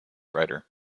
writer